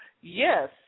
yes